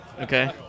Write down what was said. Okay